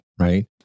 right